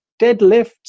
deadlifts